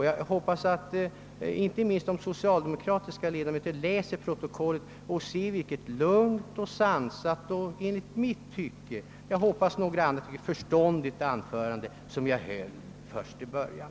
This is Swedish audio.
Jag hoppas att inte minst de socialdemokratiska ledamöterna läser protokollet och ser vilket lugnt och sansat anförande jag höll i början.